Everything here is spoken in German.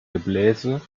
gebläse